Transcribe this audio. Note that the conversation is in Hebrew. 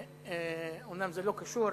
אומנם זה לא קשור,